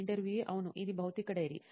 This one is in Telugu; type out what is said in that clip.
ఇంటర్వ్యూఈ అవును ఇది భౌతిక డైరీ